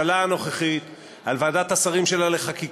התשע"ה 2015, של חבר הכנסת עפר שלח.